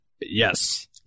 Yes